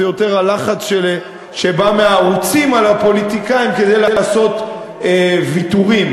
היא יותר הלחץ שבא מהערוצים על הפוליטיקאים כדי לעשות ויתורים.